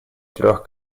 трех